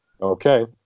Okay